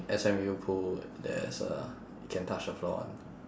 S_M_U pool there's a can touch the floor [one]